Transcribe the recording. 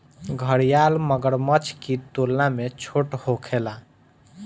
घड़ियाल मगरमच्छ की तुलना में छोट होखेले